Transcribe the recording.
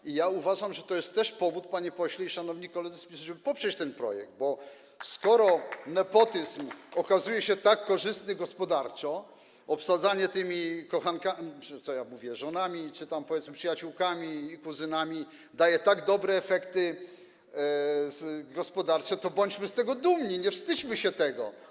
I ja uważam, że jest to też powód, panie pośle i szanowni koledzy z PiS-u, żeby poprzeć ten projekt, bo skoro nepotyzm okazuje się tak korzystny gospodarczo, obsadzanie tymi kochankami, co ja mówię, żonami czy tam, powiedzmy, przyjaciółkami i kuzynami daje tak dobre efekty gospodarcze, to bądźmy z tego dumni, nie wstydźmy się tego.